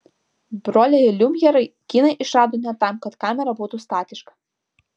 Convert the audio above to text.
broliai liumjerai kiną išrado ne tam kad kamera būtų statiška